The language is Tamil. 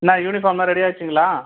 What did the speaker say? என்ன யூனிஃபார்ம்லாம் ரெடி ஆகிடுச்சிங்களா